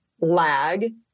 lag